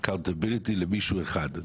Accountability למישהו אחד,